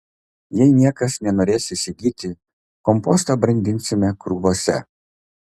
jei niekas nenorės įsigyti kompostą brandinsime krūvose